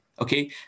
Okay